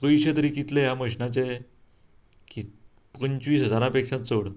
पयशें जरी कितलें ह्या मशिनाचें की पंचवीस हजारां पेक्षा चड